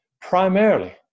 primarily